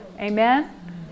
Amen